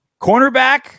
Cornerback